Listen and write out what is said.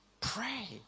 Pray